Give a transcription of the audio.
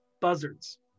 buzzards